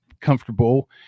comfortable